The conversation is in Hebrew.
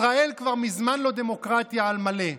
ישראל כבר מזמן לא דמוקרטיה על מלא.